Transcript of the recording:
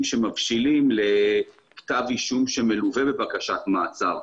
שמבשילים לכתב אישום שמלווה בבקשת מעצר,